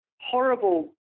horrible